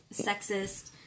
sexist